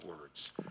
words